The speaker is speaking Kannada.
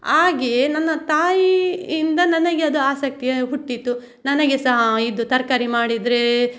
ಹಾಗೇ ನನ್ನ ತಾಯಿ ಇಂದ ನನಗೆ ಅದು ಆಸಕ್ತಿ ಹುಟ್ಟಿತು ನನಗೆ ಸಹ ಇದು ತರಕಾರಿ ಮಾಡಿದರೆ